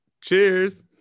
Cheers